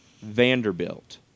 Vanderbilt